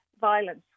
violence